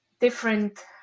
different